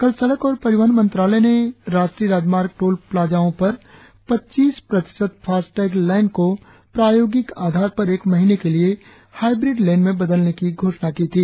कल सड़क और परिवहन मंत्रालय ने राष्ट्रीय राजमार्ग टोल प्लाजाओं पर पचीस प्रतिशत फास्टैग लैन को प्रायोगिक आधार पर एक महीने के लिए हाईब्रिड लेन में बदलने की घोषणा की थी